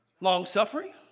long-suffering